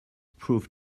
prove